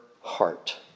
heart